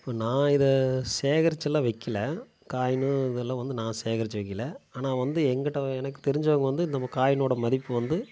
இப்போ நான் இதை சேகரித்துலாம் வைக்கலை காயினு இதெல்லாம் வந்து நான் சேகரித்து வைக்கலை ஆனால் வந்து எங்கிட்டே எனக்கு தெரிஞ்சவங்க வந்து இந்த காயினோட மதிப்பு வந்து